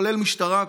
כולל משטרה,